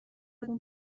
اون